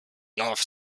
north